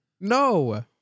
No